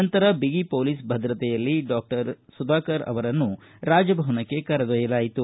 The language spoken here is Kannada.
ನಂತರ ಬಿಗಿ ಪೊಲೀಸ್ ಭದ್ರತೆಯಲ್ಲಿ ಶಾಸಕ ಡಾಕ್ಟರ್ ಸುಧಾಕರ್ ಅವರನ್ನು ರಾಜಭವನಕ್ಕೆ ಕರೆದೊಯ್ದಲಾಯಿತು